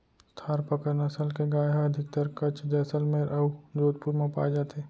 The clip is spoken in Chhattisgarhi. थारपकर नसल के गाय ह अधिकतर कच्छ, जैसलमेर अउ जोधपुर म पाए जाथे